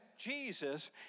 Jesus